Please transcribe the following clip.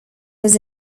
was